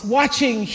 watching